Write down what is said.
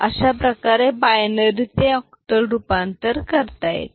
अशा प्रकारे बायनरी ते ऑक्टल रूपांतर करता येते